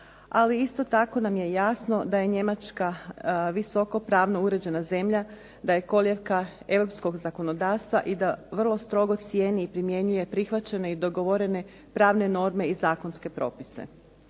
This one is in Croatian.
Ali isto tako nam je jasno da je Njemačka visoko pravno uređena zemlja, da je kolijevka europskog zakonodavstva i vrlo strogo cijeni i primjenjuje prihvaćene i dogovorene pravne norme i zakonske propise.